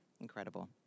incredible